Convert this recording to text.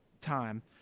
time